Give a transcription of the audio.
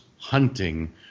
hunting